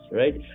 right